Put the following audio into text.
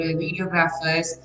videographers